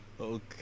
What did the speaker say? Okay